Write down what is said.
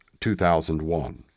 2001